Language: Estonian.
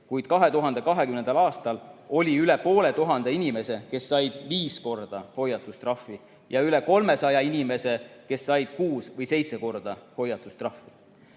kuid 2020. aastal oli üle poole tuhande inimese, kes said viis korda hoiatustrahvi, ja üle 300 inimese, kes said kuus või seitse korda hoiatustrahvi.